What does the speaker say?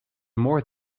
more